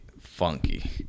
funky